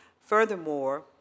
Furthermore